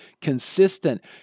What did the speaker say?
consistent